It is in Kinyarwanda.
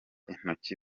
intoki